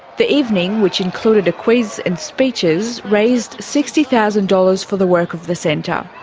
the evening, which included a quiz and speeches, raised sixty thousand dollars for the work of the centre.